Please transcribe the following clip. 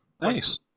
Nice